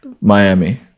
Miami